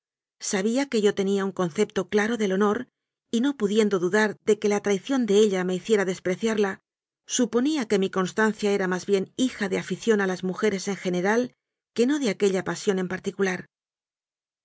sabía que yo tenía un concepto claro del honor y no pudiendo dudar de que la traición de ella me hiciera despreciarla suponía que mi constancia era más bien hija de afición a las mu jeres en general que no de aquella pasión en